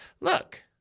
Look